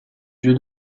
jeu